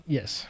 Yes